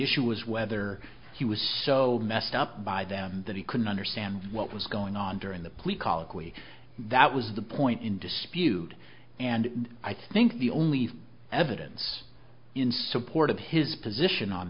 issue was whether he was so messed up by them that he couldn't understand what was going on during the plea colloquy that was the point in dispute and i think the only evidence in support of his position on